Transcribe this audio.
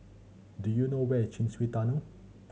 do you know where is Chin Swee Tunnel